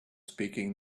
speaking